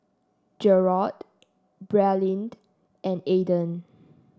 Gerold Bradyn and Ayden